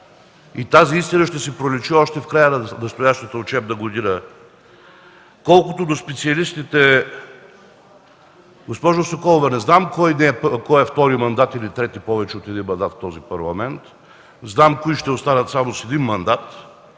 Тази истина ще си проличи още в края на настоящата учебна година. Колкото до специалистите, госпожо Соколова, не знам кой е първи, втори или трети, кой е повече от един мандат в този парламент, но знам кои ще останат само с един мандат.